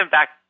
Back